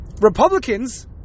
Republicans